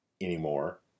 anymore